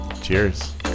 cheers